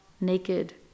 naked